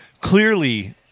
Clearly